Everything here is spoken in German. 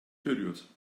berührt